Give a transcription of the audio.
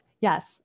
yes